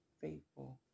faithful